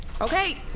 Okay